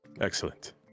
Excellent